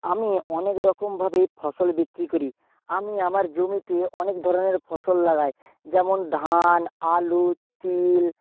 আমি অনেক রকমভাবেই ফসল বিক্রি করি আমি আমার জমিতে অনেক ধরনের ফসল লাগাই যেমন ধান আলু তিল